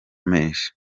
menshi